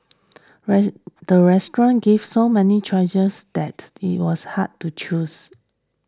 the restaurant gave so many choices that it was hard to choose